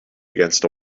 against